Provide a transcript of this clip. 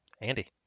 Andy